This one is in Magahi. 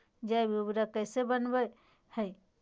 जैव उर्वरक कैसे वनवय हैय?